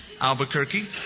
Albuquerque